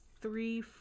three